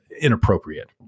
inappropriate